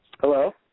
Hello